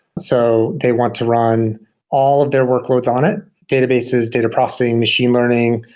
so they want to run all of their workloads on it databases, data processing, machine learning,